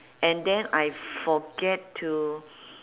and then I forget to